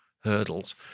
hurdles